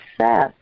success